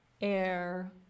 Air